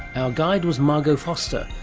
our guide was margot foster,